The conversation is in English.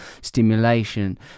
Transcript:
stimulation